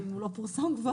או אם הוא לא פורסם כבר,